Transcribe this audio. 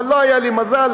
אבל לא היה לי מזל,